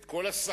את כל הסחטנות,